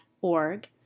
org